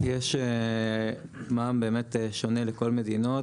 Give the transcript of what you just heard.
יש מע"מ באמת שונה לכל מדינות.